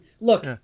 Look